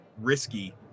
risky